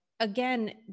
again